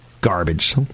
garbage